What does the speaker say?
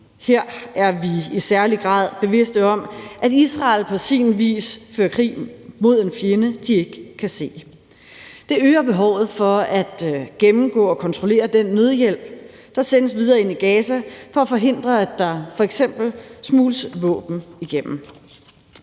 Her er vi i særlig grad bevidste om, at Israel på sin vis fører krig mod en fjende, de ikke kan se. Det øger behovet for at gennemgå og kontrollere den nødhjælp, der sendes videre ind i Gaza, for at forhindre, at der f.eks. smugles våben igennem.